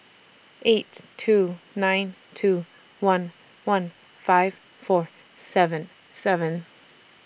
eight two nine two one one five four seven seven